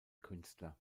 künstler